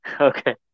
Okay